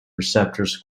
receptors